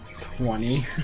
Twenty